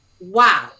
wow